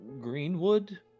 Greenwood